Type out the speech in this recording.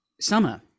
summer